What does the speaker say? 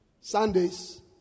Sundays